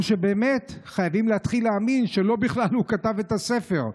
או שבאמת חייבים להתחיל להאמין שבכלל לא הוא כתב את הספר,